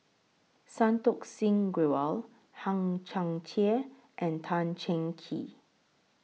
Santokh Singh Grewal Hang Chang Chieh and Tan Cheng Kee